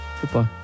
Goodbye